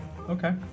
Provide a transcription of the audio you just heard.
okay